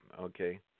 okay